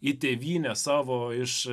į tėvynę savo iš